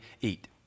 eat